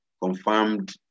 confirmed